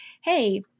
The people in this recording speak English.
hey